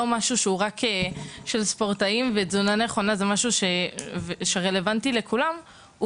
רק לספורטאים ותזונה נכונה זה משהו שרלוונטי לכולם,